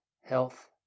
health